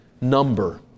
number